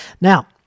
now